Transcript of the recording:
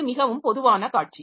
இது மிகவும் பொதுவான காட்சி